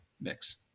mix